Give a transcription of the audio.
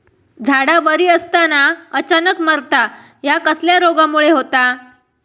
झाडा बरी असताना अचानक मरता हया कसल्या रोगामुळे होता?